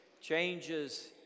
changes